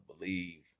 believe